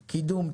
קידום,